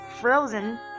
Frozen